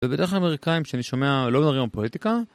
ובדרך כלל אמריקאים שאני שומע לא מדברים על פוליטיקה